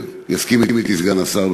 יסכים אתי סגן השר,